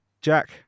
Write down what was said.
Jack